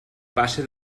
passe